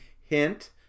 hint